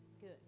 good